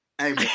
hey